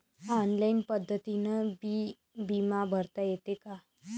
Online पद्धतीनं बी बिमा भरता येते का?